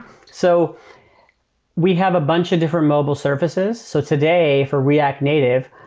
so we have a bunch of different mobile services. so today, for react native,